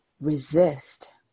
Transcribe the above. resist